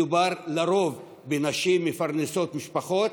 מדובר לרוב בנשים המפרנסות משפחות,